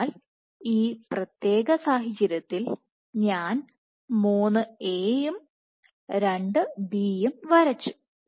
അതിനാൽ ഈ പ്രത്യേക സാഹചര്യത്തിൽ ഞാൻ 3 A യും 2 B യും വരച്ചു